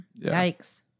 Yikes